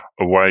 away